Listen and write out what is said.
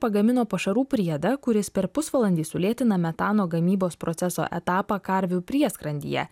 pagamino pašarų priedą kuris per pusvalandį sulėtina metano gamybos proceso etapą karvių prieskrandyje